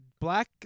Black